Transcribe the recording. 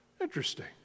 Interesting